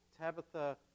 Tabitha